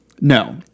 no